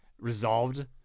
resolved